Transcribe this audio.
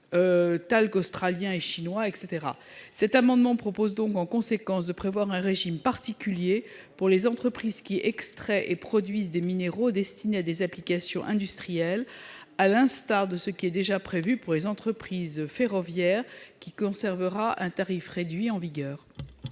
talc australien et chinois, etc. Cet amendement vise, en conséquence, à prévoir un régime particulier pour les entreprises qui extraient et produisent des minéraux destinés à des applications industrielles, à l'instar de ce qui est déjà prévu pour les entreprises ferroviaires qui conserveront le tarif réduit en vigueur.